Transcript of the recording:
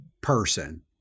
person